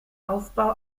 aufbau